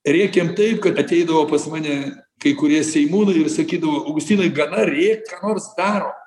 rėkėm taip kad ateidavo pas mane kai kurie seimūnai ir sakydavo augustinai gana rėkt ką nors darom